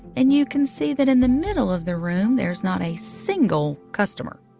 and you can see that in the middle of the room, there's not a single customer.